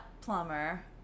plumber